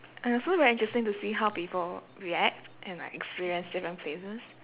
and also very interesting to see how people react and like experience different places